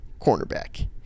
cornerback